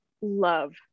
love